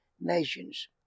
nations